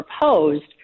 proposed